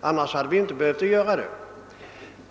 annars hade vi inte behövt göra det.